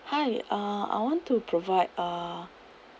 hi uh I want to provide uh